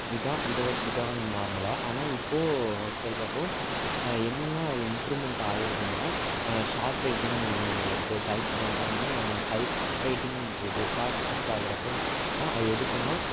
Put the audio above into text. இ இ இதான் இத இதான் நார்மலாக ஆனால் இப்போது சொல்கிறப்போ என்னெல்லாம் அதில் இம்ப்ரூவ்மெண்ட் ஆகிருக்குனா ஷார்ட் ரைட்டன்னு இன்னொன்று இருக்கு டைப் அண்ட் தென் டைப் ரைட்டிங்னு ஒன்று இருக்குது ஷார்ட் ரிட்டன் பார்க்குறப்போ ஆனால் எதுக்குன்னா